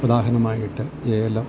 ഉദാഹരണമായിട്ട് ഏലം